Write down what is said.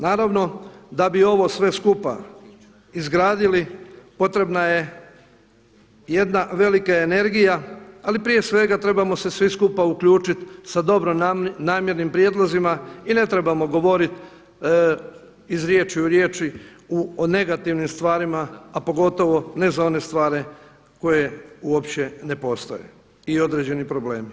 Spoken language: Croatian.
Naravno da bi ovo sve skupa izgradili potrebna je jedna velika energija, ali prije svega trebamo se svi skupa uključiti sa dobronamjernim prijedlozima i ne trebamo govoriti iz riječi u riječi o negativnim stvarima, a pogotovo ne za one stvari koje uopće ne postoje i određeni problemi.